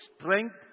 strength